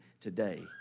today